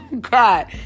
God